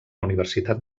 universitat